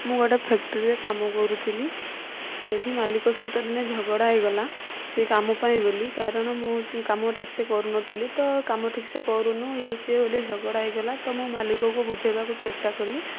ମୁଁ ଗୋଟିଏ ଫ୍ୟାକ୍ଟରିରେ କାମ କରୁଥିଲି ସେଠି ମାଲିକ ସହିତ ଦିନେ ଝଗଡ଼ା ହୋଇଗଲା ସେହି କାମ ପାଇଁ ବୋଲି କାରଣ ମୁଁ କାମ ଠିକ ସେ କରୁନଥିଲି ତ କାମ ଠିକ ସେ କରୁନୁ ଇୟେ ସିଏ ବୋଲି ଝଗଡ଼ା ହୋଇଗଲା ତ ମୁଁ ମାଲିକକୁ ବୁଝାଇବାକୁ ଚେଷ୍ଟା କଲି